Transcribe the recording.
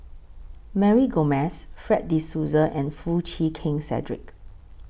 Mary Gomes Fred De Souza and Foo Chee Keng Cedric